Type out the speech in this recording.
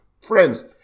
Friends